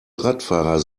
radfahrer